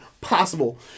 possible